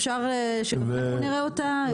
אפשר שכולנו נראה אותה?